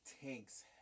tanks